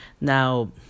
Now